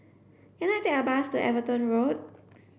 can I take a bus to Everton Road